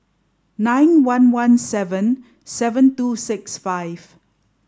nine one one seven seven two six five